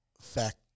Fact